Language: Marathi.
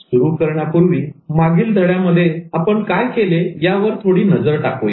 सुरू करण्यापूर्वी मागील धड्यांमध्ये आपण काय केले यावर थोडी नजर टाकूया